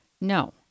No